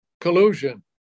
collusion